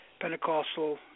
Pentecostal